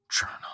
journal